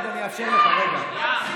ואליד, אני אאפשר לך, רגע.